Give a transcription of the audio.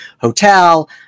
hotel